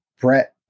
Brett